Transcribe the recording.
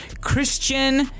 Christian